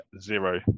zero